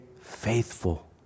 faithful